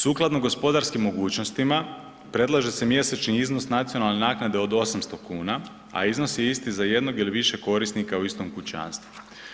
Sukladno gospodarskim mogućnostima, predlaže se mjesečni iznos nacionalne naknade od 800 kuna, a iznos je isti za jednog ili više korisnika u istom kućanstvu.